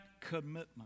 commitment